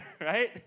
right